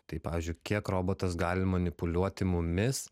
tai pavyzdžiui kiek robotas gali manipuliuoti mumis